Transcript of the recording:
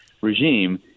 regime